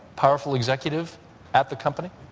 powerful executive at the company?